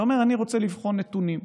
אתה אומר, אני רוצה לבחון נתונים.